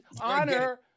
honor